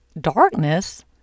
darkness